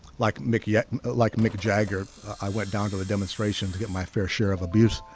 like mickey yet like mick jagger i went down to the demonstration to get my fair share of abuse